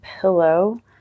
pillow